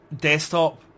desktop